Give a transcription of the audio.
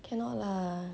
cannot lah